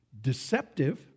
deceptive